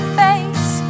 face